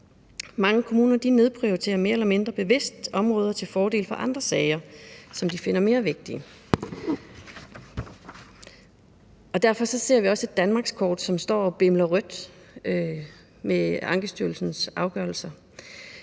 Mange kommuner nedprioriterer mere eller mindre bevidst områder til fordel for andre sager, som de finder mere vigtige. Derfor ser vi også et danmarkskort, som står og blinker rødt i forhold til Ankestyrelsens afgørelser.